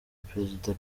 perezida